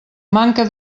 manca